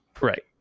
Right